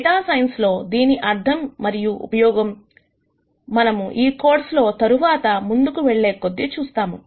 data science లో దీని అర్థం మరియు ఉపయోగం మనం ఈ కోర్స్ లో తరువాత ముందుకు వెళ్లే కొద్దీ చూస్తాము